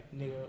Nigga